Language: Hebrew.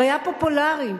והיה פופולרי,